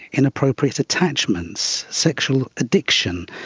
inappropriate attachments, sexual addiction,